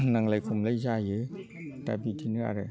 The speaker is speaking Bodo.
नांलाय खमलाय जायो दा बिदिनो आरो